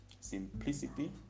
simplicity